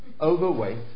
overweight